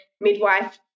midwife